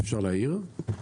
אפשר להעיר?